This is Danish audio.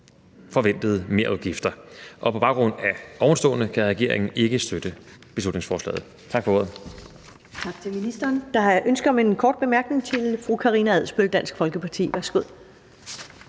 forventede merudgifter. På baggrund af ovenstående kan regeringen ikke støtte beslutningsforslaget. Tak for ordet.